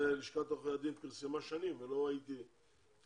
לשכת עורכי הדין פרסמה שנים ולא ראיתי את